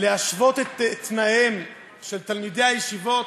להשוות את תנאיהם של תלמידי הישיבות